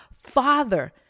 Father